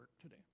today